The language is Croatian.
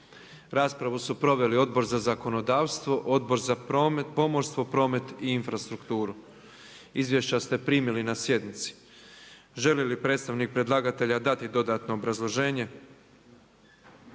Raspravu su proveli Odbor za zakonodavstvo, Odbor za rad, mirovinski sustav i socijalno partnerstvo. Izvješća ste primili na sjednici. Želi li predstavnik predlagatelj dati dodatno obrazloženje?